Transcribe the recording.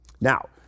Now